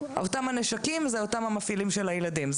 אותם הנשקים זה אותם המפעילים של הילדים.